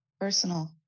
personal